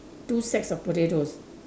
two sacks of potatoes